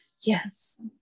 Yes